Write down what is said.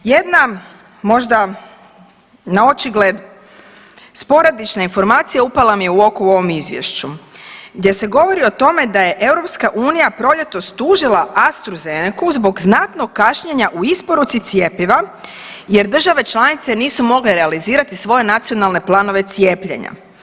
Jedna možda naočigled sporadična informacija upala mi je u oko u ovom izvješću gdje se govori o tome da je EU proljetos tužila Astra Zenecu zbog znatnog kašnjenja u isporuci cjepiva jer države članice nisu mogle realizirati svoje nacionalne planove cijepljenja.